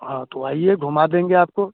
हाँ तो आइए घुमा देंगे आपको